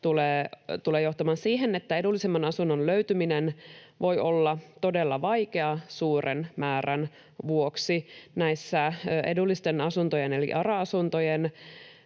tulevat johtamaan siihen, että edullisemman asunnon löytyminen voi olla todella vaikeaa suuren määrän vuoksi. Näissä edullisten asuntojen eli ARA-asuntojen